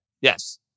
Yes